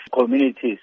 communities